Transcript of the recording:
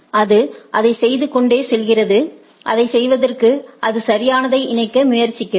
அது அதைச் செய்து கொண்டே செல்கிறது அதைச் செய்வதற்கு அது சரியானதை இணைக்க முயற்சிக்கிறது